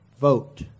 Vote